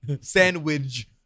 Sandwich